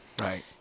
Right